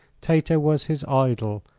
tato was his idol,